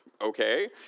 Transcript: okay